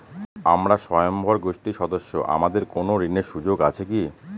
আমরা স্বয়ম্ভর গোষ্ঠীর সদস্য আমাদের কোন ঋণের সুযোগ আছে কি?